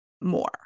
more